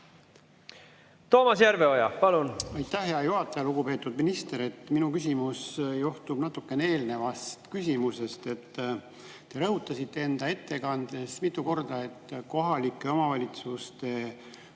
Toomas Järveoja, palun!